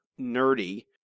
nerdy